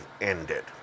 ended